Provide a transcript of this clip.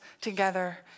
together